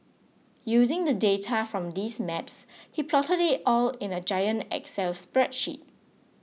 using the data from these maps he plotted it all in a giant excel spreadsheet